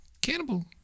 cannibal